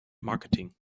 marketing